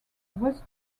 west